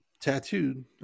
tattooed